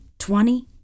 Twenty